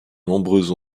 nombreuses